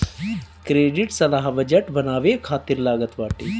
credit सलाह budget बनावे खातिर लागत बाटे